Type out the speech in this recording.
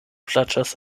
plaĉas